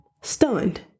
stunned